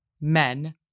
men